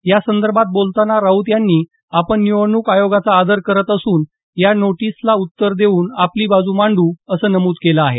यासंदर्भात बोलताना राऊत यांनी आपण निवडणूक आयोगाचा आदर करत असून या नोटीसला उत्तर देऊन आपली बाजू मांडू असं नमूद केलं आहे